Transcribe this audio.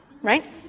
right